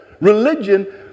Religion